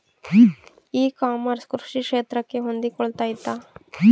E commerce ಕೃಷಿ ಕ್ಷೇತ್ರಕ್ಕೆ ಹೊಂದಿಕೊಳ್ತೈತಾ?